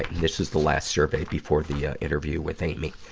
this is the last survey before the, ah, interview with amy.